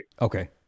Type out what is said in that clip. Okay